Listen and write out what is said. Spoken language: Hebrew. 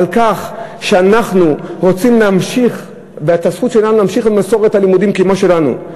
על כך שאנחנו רוצים להמשיך בהתעסקות שלנו עם מסורת הלימודים כמו שלנו.